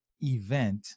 event